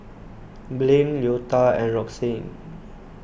Blain Leota and Roxanne